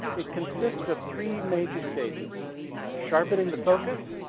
it consists of three major stages sharpening the focus,